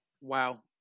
Wow